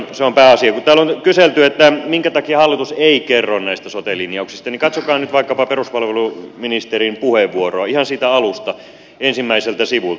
kun täällä on kyselty minkä takia hallitus ei kerro näistä sote linjauksista niin katsokaa nyt vaikkapa peruspalveluministerin puheenvuoroa ihan siitä alusta ensimmäiseltä sivulta